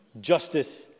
justice